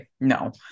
no